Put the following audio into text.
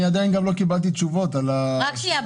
אני עדיין גם לא קיבלתי תשובות על ה --- רק שנייה,